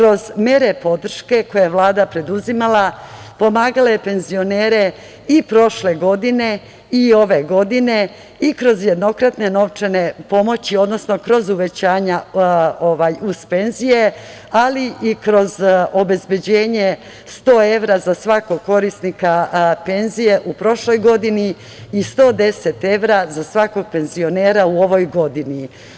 Kroz mere podrške koje je Vlada preduzimala, pomagala je penzionere i prošle godine i ove godine i kroz jednokratne novčane pomoći, odnosno kroz uvećanja uz penzije, ali i kroz obezbeđenje 100 evra za svakog korisnika penzije u prošloj godini i 110 evra za svakog penzionera u ovoj godini.